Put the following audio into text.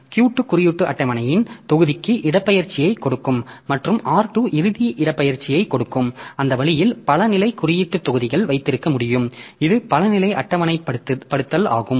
Q 2 குறியீட்டு அட்டவணையின் தொகுதிக்கு இடப்பெயர்ச்சியைக் கொடுக்கும் மற்றும் R 2 இறுதி இடப்பெயர்ச்சியைக் கொடுக்கும் அந்த வழியில் பல நிலை குறியீட்டு தொகுதிகள் வைத்திருக்க முடியும் இது பல நிலை அட்டவணைப்படுத்தல் ஆகும்